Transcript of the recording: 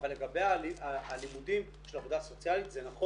את התכנית, את הכסף ומה בוצע ומה לא בוצע.